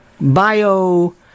bio